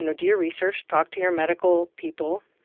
you know do your research, talk to your medical people.